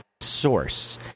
source